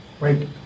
right